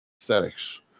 Aesthetics